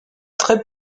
très